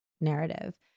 narrative